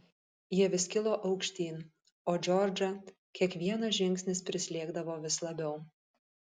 jie vis kilo aukštyn o džordžą kiekvienas žingsnis prislėgdavo vis labiau